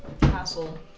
castle